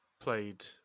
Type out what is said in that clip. played